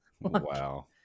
Wow